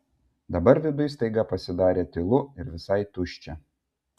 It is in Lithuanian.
dabar viduj staiga pasidarė tylu ir visai tuščia